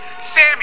Sammy